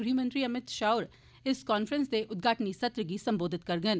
गृहमंत्री अमित शाह होर इस कांफ्रैंस दे उद्घाटन सत्र गी संबोधित करङन